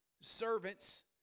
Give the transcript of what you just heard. Servants